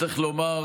צריך לומר,